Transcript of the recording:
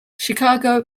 chicago